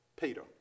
Peter